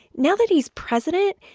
now that he's president,